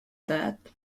that